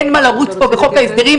אין מה לרוץ פה בחוק ההסדרים.